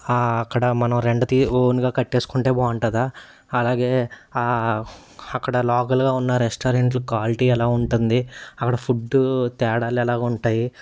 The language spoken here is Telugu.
అక్కడ మనం రెంట్ తీ ఓన్గా కట్టేసుకుంటే బాగుంటుందా అలాగే అక్కడ లోకల్గా ఉన్నా రెస్టారెంట్లు క్వాలిటీ ఎలా ఉంటుంది అక్కడ ఫుడ్ తేడాలు ఎలాగ ఉంటాయి